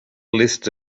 list